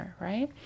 right